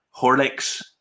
Horlicks